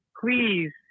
please